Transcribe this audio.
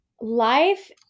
life